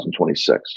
2026